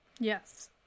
Yes